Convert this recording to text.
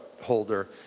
holder